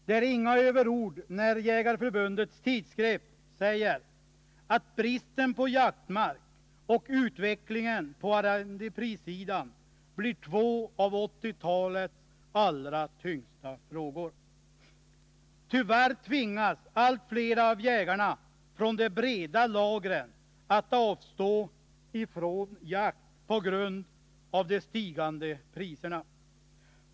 Det är inga överord när Jägareförbundets tidskrift skriver att bristen på jaktmark och utvecklingen på arrendeprissidan blir två av 1980-talets allra tyngsta frågor. Tyvärr tvingas allt flera av jägarna från de breda lagren att avstå från jakt på grund av de stigande priserna.